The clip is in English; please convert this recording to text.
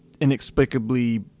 inexplicably